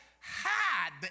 hide